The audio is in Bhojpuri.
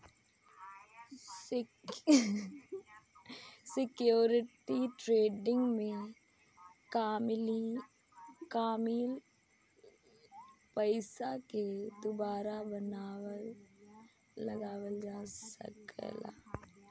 सिक्योरिटी ट्रेडिंग में कामयिल पइसा के दुबारा लगावल जा सकऽता